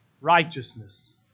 Righteousness